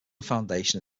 foundation